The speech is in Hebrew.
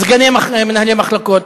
סגני מנהלי מחלקות,